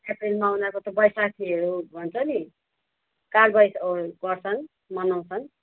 अप्रेलमा उनीहरूको त बैसाखीहरू भन्छ नि काल बैसा गर्छन् मनाउँछन्